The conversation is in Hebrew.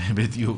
בדיוק.